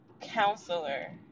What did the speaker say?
Counselor